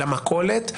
למכות,